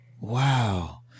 Wow